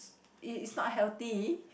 it is not healthy